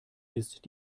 ist